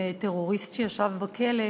עם טרוריסט שישב בכלא,